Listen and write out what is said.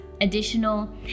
additional